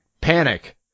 panic